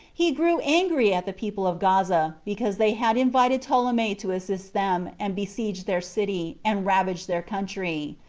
he grew angry at the people of gaza, because they had invited ptolemy to assist them, and besieged their city, and ravaged their country.